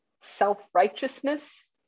self-righteousness